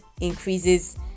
increases